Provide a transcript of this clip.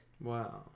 Wow